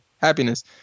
happiness